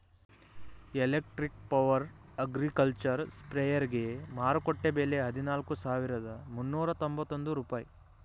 electric power agricultural ಸ್ಪ್ರೆಯರ್ಗೆ ಮಾರುಕಟ್ಟೆ ಬೆಲೆ ಹದಿನಾಲ್ಕು ಸಾವಿರದ ಮುನ್ನೂರ ಎಂಬತ್ತೊಂದು ರೂಪಾಯಿ